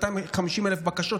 250,000 בקשות,